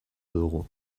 dugu